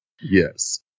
Yes